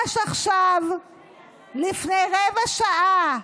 לפני רבע שעה,